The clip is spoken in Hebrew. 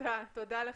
תודה לך.